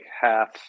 half